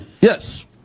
Yes